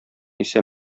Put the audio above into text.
исә